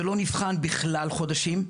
זה לא נבחן בכלל חודשים,